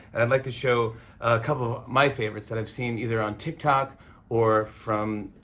and i'd like to show a couple of my favorites that i've seen either on tiktok or from